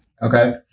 Okay